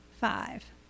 Five